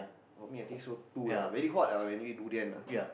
for me I think so two lah very hot ah when you eat durian lah